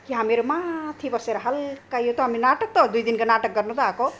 कि हामीहरू माथि बसेर हल्का यो त हामी नाटक त हो दुई दिनको नाटक गर्नु त आएको